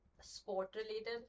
sport-related